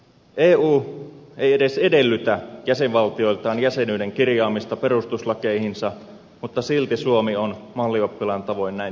eu ei edes edellytä jäsenvaltioiltaan jäsenyyden kirjaamista perustuslakeihinsa mutta silti suomi on mallioppilaan tavoin näin tekemässä